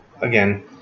again